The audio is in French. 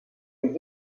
ses